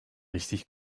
richtig